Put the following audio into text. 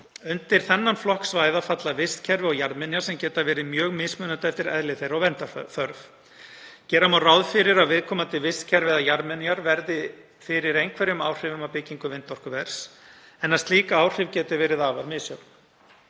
Undir þennan flokk svæða falla vistkerfi og jarðminjar sem geta verið mjög mismunandi eftir eðli þeirra og verndarþörf. Gera má ráð fyrir að viðkomandi vistkerfi eða jarðminjar verði fyrir einhverjum áhrifum af byggingu vindorkuvers, en að slík áhrif geti verið afar misjöfn.